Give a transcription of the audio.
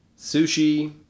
sushi